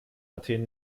athen